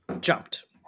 jumped